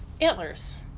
antlers